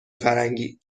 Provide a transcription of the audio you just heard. فرنگی